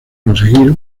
conseguir